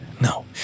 No